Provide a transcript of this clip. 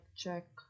check